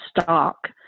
stock